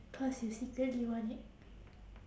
cause you secretly you want it